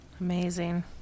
Amazing